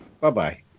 bye-bye